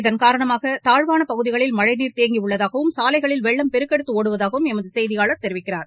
இதன் காரணமாக தாழ்வாகன பகுதிகளில் மழை நீர் தேங்கியுள்ளதாகவும் சாலைகளில் வெள்ளம் பெருக்கெடுத்து ஒடுவதாகவும் எமது செய்தியாளர் தெரிவிக்கிறார்